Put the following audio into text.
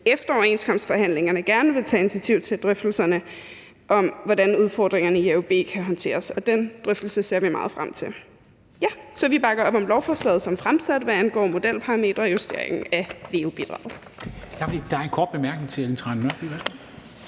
efter overenskomstforhandlingerne gerne vil tage initiativ til drøftelserne om, hvordan udfordringerne i AUB kan håndteres, og den drøftelse ser vi meget frem til. Så vi bakker op om lovforslaget som fremsat, hvad angår modelparametre og justeringen af veu-bidraget.